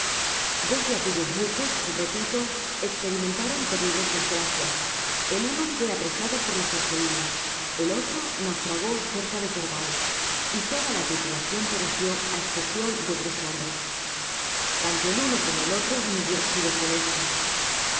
dos de aquellos buques repito esperimentaron terribles desgracias e uno fué apresado por los argelinos el otro naufragó crea de torbay y toda la tripulacion pereció á escepcion de tres hombres tanto el uno como el otro me hubiera sido funesto